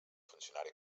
funcionari